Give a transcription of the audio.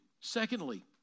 Secondly